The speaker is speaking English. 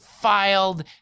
filed